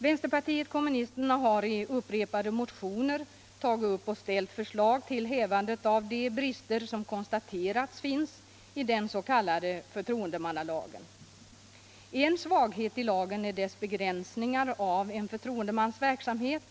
Vänsterpartiet kommunisterna har i upprepade motioner tagit upp och ställt förslag till hävandet av de brister som man konstaterat finns i den s.k. förtroendemannalagen. En svaghet i lagen är dess begränsningar av en förtroendemans verksamhet.